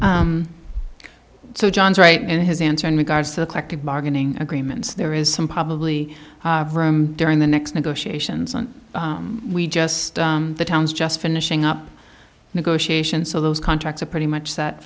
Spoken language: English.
ok so john's right and his answer in regards to the collective bargaining agreements there is some probably room during the next negotiations and we just the town's just finishing up negotiations so those contracts are pretty much set